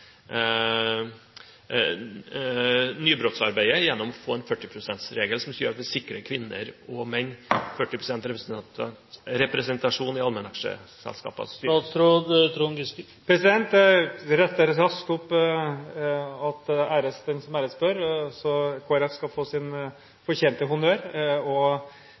nybrottsarbeidet gjennom denne 40 pst.-regelen, som gjør at vi sikrer kvinner og menn 40 pst. representasjon i allmennaksjeselskapers styrer. Æres den som æres bør, så Kristelig Folkeparti skal få sin fortjente honnør.